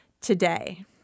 today